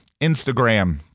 Instagram